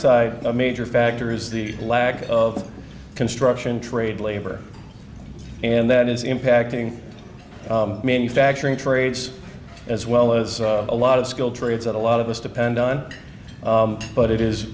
side a major factor is the lack of construction trade labor and that is impacting manufacturing trades as well as a lot of skilled trades that a lot of us depend on but it is